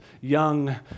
young